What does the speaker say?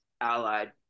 Allied